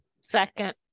Second